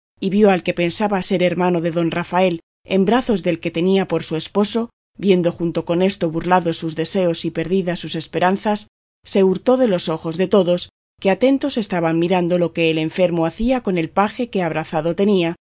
y vio al que pensaba ser hermano de don rafael en brazos del que tenía por su esposo viendo junto con esto burlados sus deseos y perdidas sus esperanzas se hurtó de los ojos de todos que atentos estaban mirando lo que el enfermo hacía con el paje que abrazado tenía y se salió de la sala o aposento y en un instante se puso